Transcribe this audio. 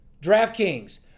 DraftKings